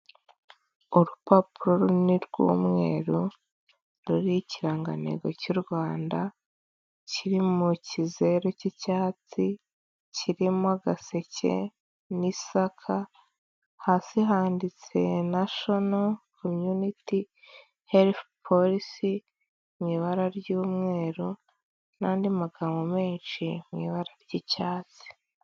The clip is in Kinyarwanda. Urupapuro runini rw'umweru, ruriho ikirangantego cy'u Rwanda, kiri mu kizero cy'icyatsi kirimo agaseke n'isaka hasi handitse nashono komyuniti herifu porisi, mu ibara ry'mweru n'andi magambo menshi mu ibara ry'icyatsi.